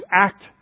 act